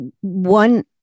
one